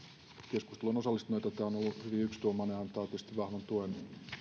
keskusteluun osallistuneita tämä on ollut hyvin yksituumainen keskustelu ja antaa tietysti vahvan tuen